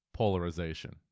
polarization